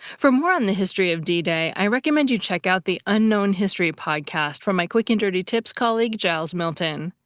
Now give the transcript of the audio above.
for more on the history of d-day, i recommend you check out the unknown history podcast from my quick and dirty tips colleague giles milton.